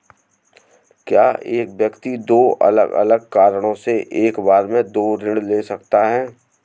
क्या एक व्यक्ति दो अलग अलग कारणों से एक बार में दो ऋण ले सकता है?